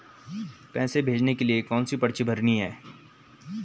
पैसे भेजने के लिए कौनसी पर्ची भरनी है?